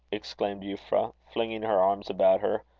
exclaimed euphra, flinging her arms about her.